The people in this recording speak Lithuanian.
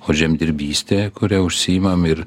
o žemdirbystė kuria užsiimam ir